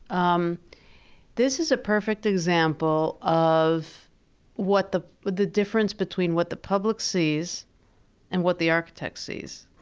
um this is a perfect example of what the what the difference between what the public sees and what the architect sees? oh,